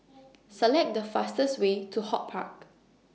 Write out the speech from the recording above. Select The fastest Way to Hort Park